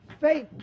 Faith